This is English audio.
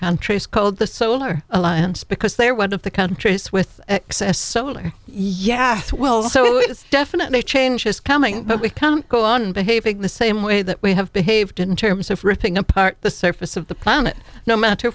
countries called the solar alliance because they're one of the countries with excess solar yeah well so it's definitely a change is coming but we can't go on behaving the same way that we have behaved in terms of ripping apart the surface of the planet no matter